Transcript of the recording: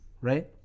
right